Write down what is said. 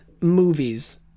movies